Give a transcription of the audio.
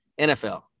NFL